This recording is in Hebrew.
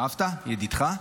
אהבת, ידידך.